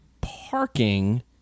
parking